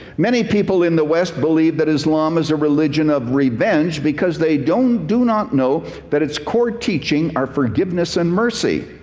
many people in the west believe that islam is a religion of revenge because they don't do not know that it's core teaching are forgiveness and mercy.